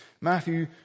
matthew